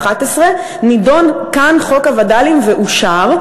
נדון כאן חוק הווד"לים ואושר,